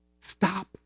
Stop